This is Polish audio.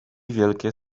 wielkie